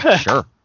sure